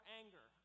anger